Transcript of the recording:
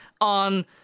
on